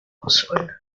herausholen